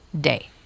day